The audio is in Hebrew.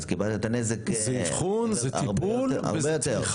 אז קיבלת הרבה יותר נזק.